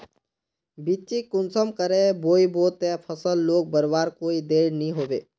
बिच्चिक कुंसम करे बोई बो ते फसल लोक बढ़वार कोई देर नी होबे?